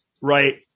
right